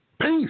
Peace